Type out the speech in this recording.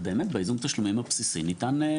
ובאמת בייזום התשלומים הבסיסי ניתן יהיה